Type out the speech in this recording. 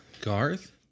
Garth